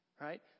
right